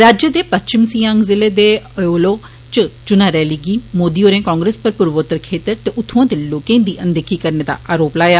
राज्य दे पष्विमी सियांग ज़िले दे अओलो च चुनां रैली च मोदी होरें कांग्रेस पर पूर्वोत्तर क्षेत्र ते उत्थूं दे लोकें दी अनदिक्खी करने दा आरोप लाया